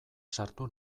sartu